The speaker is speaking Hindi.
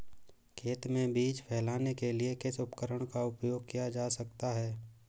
खेत में बीज फैलाने के लिए किस उपकरण का उपयोग किया जा सकता है?